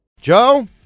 Joe